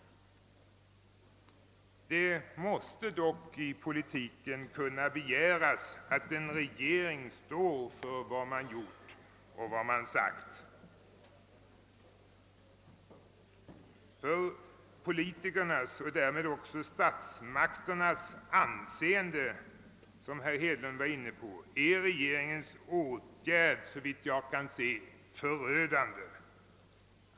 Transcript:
Det måste dock i politiken kunna begäras att en regering står för vad den gjort och sagt. För politikernas och därmed statsmakternas anseende — vilket herr Hedlund var inne på är regeringens åtgärd förödande.